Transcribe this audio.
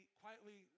quietly